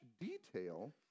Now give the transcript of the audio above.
detail